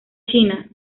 china